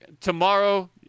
tomorrow